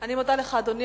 אני מודה לך, אדוני.